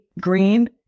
green